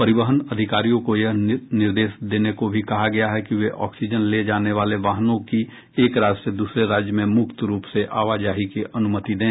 परिवहन अधिकारियों को यह निर्देश देने को भी कहा गया है कि वे ऑक्सीजन ले जाने वाले वाहनों की एक राज्य से दूसरे राज्य में मुक्त रूप से आवाजाही की अनुमति दें